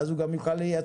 אז הוא גם יוכל לייצא.